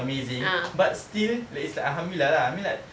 amazing but still like it's like lah I mean like